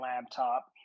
laptop